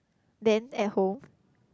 then at home